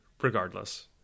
regardless